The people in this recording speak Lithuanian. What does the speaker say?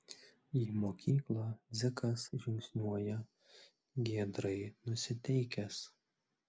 į mokyklą dzikas žingsniuoja giedrai nusiteikęs